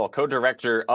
co-director